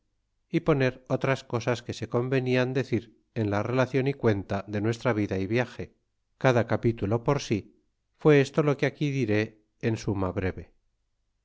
y poner otras cosas que se convenian decir en la relacion y cuenta de nuestra vida y viage cada capítulo por si fué esto que aquí diré en suma breve